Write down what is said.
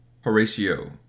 Horatio